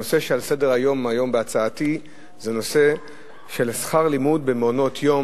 הנושא שעל סדר-היום היום בהצעתי הוא שכר לימוד במעונות-יום,